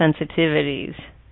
sensitivities